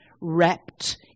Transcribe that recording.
wrapped